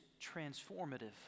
transformative